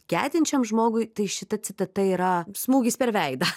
gedinčiam žmogui tai šita citata yra smūgis per veidą